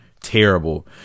terrible